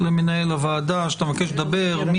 את ההחרגה החדשה לרשות שדות התעופה או למי